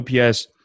OPS